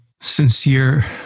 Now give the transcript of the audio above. sincere